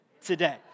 today